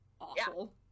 Awful